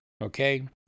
okay